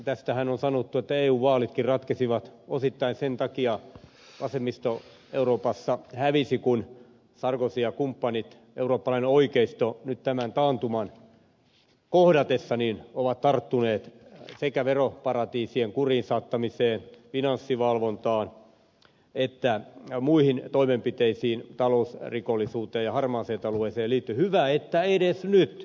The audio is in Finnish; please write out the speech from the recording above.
tästähän on sanottu että eu vaalitkin ratkesivat osittain sen takia vasemmisto euroopassa hävisi kun sarkozy ja kumppanit eurooppalainen oikeisto nyt tämän taantuman kohdatessa ovat tarttuneet sekä veroparatiisien kuriin saattamiseen finanssivalvontaan että muihin toimenpiteisiin talousrikollisuuteen ja harmaaseen talouteen hyvä että edes nyt